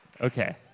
Okay